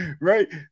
right